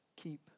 keep